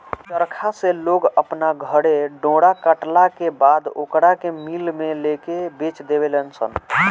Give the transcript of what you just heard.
चरखा से लोग अपना घरे डोरा कटला के बाद ओकरा के मिल में लेके बेच देवे लनसन